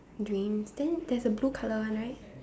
dreams then there's a blue colour one right